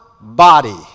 body